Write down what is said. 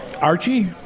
Archie